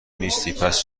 نیستی٬پس